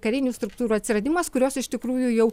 karinių struktūrų atsiradimas kurios iš tikrųjų jau